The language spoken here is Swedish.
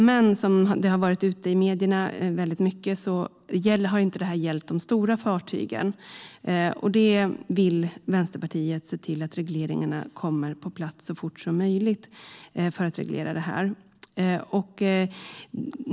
Men det här har inte gällt de stora fartygen, vilket har varit uppe mycket i medierna. Vänsterpartiet vill se till att regleringarna kring det här kommer på plats så fort som möjligt.